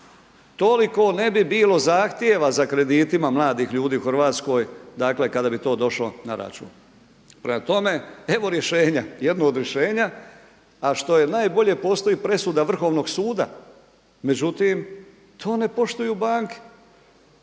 Toliko ne bi bilo zahtjeva za kreditima mladih ljudi u Hrvatskoj dakle kada bi to došlo na račun. Prema tome, evo rješenja, jedno od rješenja. A što je najbolje postoji presuda Vrhovnog suda međutim to ne poštuju banke,